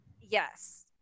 Yes